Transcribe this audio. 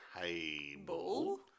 table